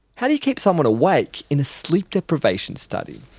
how do you keep someone awake in a sleep deprivation study?